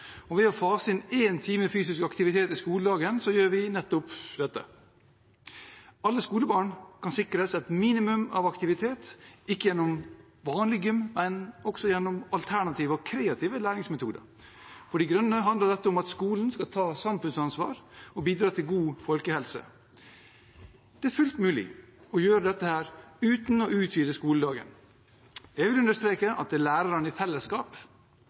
helseplager. Ved å fase inn én times fysisk aktivitet i skoledagen sikrer vi alle skolebarn et minimum av aktivitet, ikke bare gjennom vanlig gym, men også gjennom alternative og kreative læringsmetoder. For De Grønne handler dette om at skolen skal ta samfunnsansvar og bidra til god folkehelse. Det er fullt mulig å gjøre dette uten å utvide skoledagen. Jeg vil understreke at det er lærerne i fellesskap,